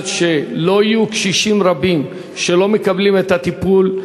שלא יהיו קשישים רבים שלא מקבלים את הטיפול?